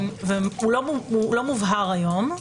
הוא לא מובהר היום.